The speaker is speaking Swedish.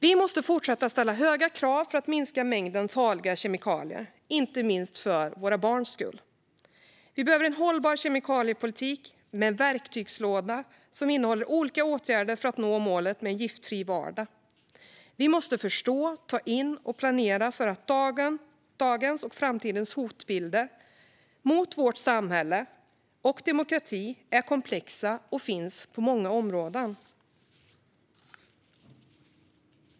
Vi måste fortsätta att ställa höga krav för att minska mängden farliga kemikalier, inte minst för våra barns skull. Vi behöver en hållbar kemikaliepolitik med en verktygslåda som innehåller olika åtgärder för att nå målet med en giftfri vardag. Vi måste förstå, ta in och planera för att dagens och framtidens hotbilder mot vårt samhälle och vår demokrati är komplexa och finns på många områden.